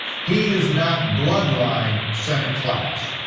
he is not bloodline senate-class.